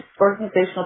organizational